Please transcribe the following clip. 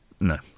no